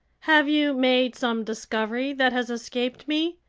have you made some discovery that has escaped me?